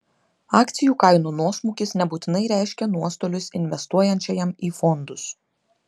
akcijų kainų nuosmukis nebūtinai reiškia nuostolius investuojančiajam į fondus